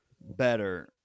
better